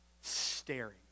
staring